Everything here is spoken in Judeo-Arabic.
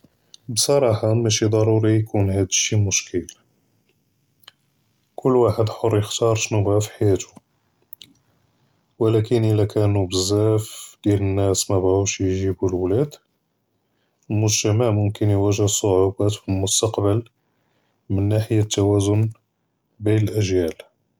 בְּصׇרָאחַה מַאשִׁי דַּרּוּרִי יְקוּן הַדּ אֶשִּׁי מְשְׁקֶל, כּל וַחַד חַר יִכְתַּאר שְׁנּוּ בְּغָא פִי חַיַאתוּ, וְלָקִין אִילָא קָאנּוּ בְּזַאף דִיַאל נַאס מָאבְּغָאוּש יִגִ'יבּוּ לְוְלַד, אֶלְמֻגְתַמַע יְמוּכֶּן יְוַאגֶ'ה סְעֻوبּוּת פִּלְמוּסְתַקְבַּל, מִן נַاحְיָה תַּוַאזוּן בֵּין אֶלְאַג'יַאל.